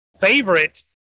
favorite